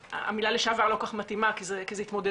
המילה לשעבר לא כל כך מתאימה כי זאת התמודדות.